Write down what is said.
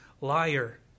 liar